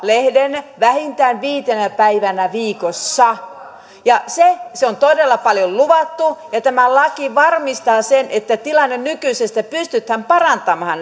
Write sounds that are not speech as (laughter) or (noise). haluaa lehden vähintään viitenä päivänä viikossa se se on todella paljon luvattu tämä laki varmistaa sen että tilannetta nykyisestä pystytään parantamaan (unintelligible)